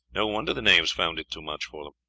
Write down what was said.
no wonder the knaves found it too much for them.